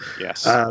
Yes